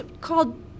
called